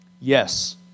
Yes